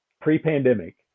pre-pandemic